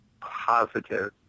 positive